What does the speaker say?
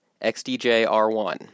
XDJ-R1